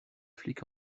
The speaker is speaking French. flic